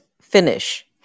finish